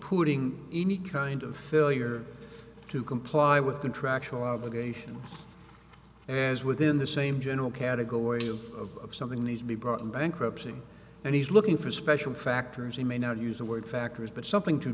putting any kind of failure to comply with contractual obligation as within the same general category of something needs to be brought in bankruptcy and he's looking for special factors he may not use the word factories but something to